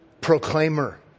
proclaimer